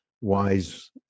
wise